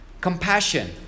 compassion